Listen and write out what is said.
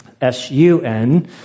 S-U-N